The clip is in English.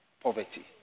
poverty